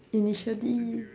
initial D